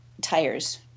tires